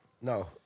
No